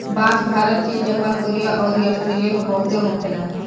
बांस भारत चीन Japan Korea अउर आस्ट्रेलिया में बहुते होखे ला